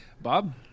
Bob